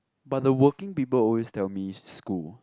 but the working people always tell me school